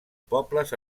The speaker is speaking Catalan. pobles